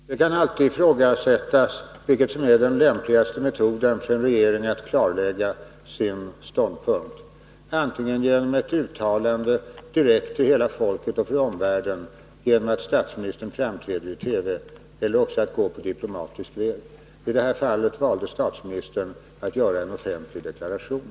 Herr talman! Det kan alltid ifrågasättas vilken metod som är den lämpligaste för en regering när det gäller att klarlägga sin ståndpunkt — antingen att göra ett uttalande direkt till hela folket och för omvärlden genom att statsministern framträder i TV eller också att gå på diplomatisk väg. I det här fallet valde statsministern att göra en offentlig deklaration.